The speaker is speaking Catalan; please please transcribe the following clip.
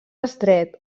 estret